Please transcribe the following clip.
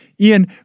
Ian